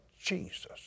Jesus